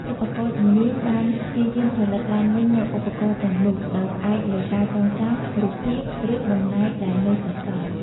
សិប្បករជំនាញបានព្យាយាមផលិតឡើងវិញនូវឧបករណ៍ទាំងនោះ ដោយផ្អែកលើការចងចាំ រូបភាព ឬបំណែកដែលនៅសេសសល់។